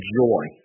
joy